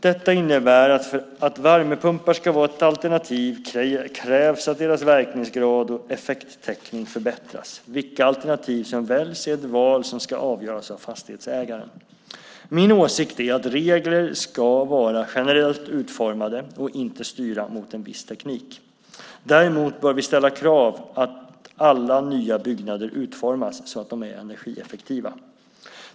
Detta innebär att för att värmepumpar ska vara ett alternativ krävs att deras verkningsgrad och effekttäckning förbättras. Vilket alternativ som väljs är ett val som ska göras av fastighetsägaren. Min åsikt är att regler ska vara generellt utformade och inte styra mot en viss teknik. Däremot bör vi ställa krav på att alla nya byggnader utformas så att de är energieffektiva.